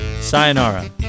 Sayonara